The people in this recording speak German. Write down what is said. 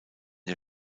der